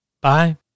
Bye